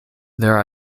there